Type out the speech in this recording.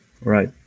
right